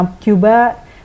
Cuba